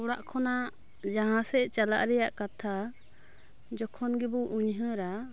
ᱚᱲᱟᱜ ᱠᱷᱚᱱᱟᱜ ᱡᱟᱦᱟᱸ ᱥᱮᱫ ᱪᱟᱞᱟᱜ ᱨᱮᱭᱟᱜ ᱠᱟᱛᱷᱟ ᱡᱮᱠᱷᱚᱱ ᱜᱮᱵᱚᱱ ᱩᱭᱦᱟᱹᱨᱟ